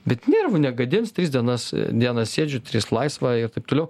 bet nervų negadins tris dienas dienas sėdžiu tris laisva ir taip toliau